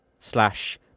Slash